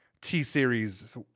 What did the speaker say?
T-Series